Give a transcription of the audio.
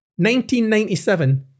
1997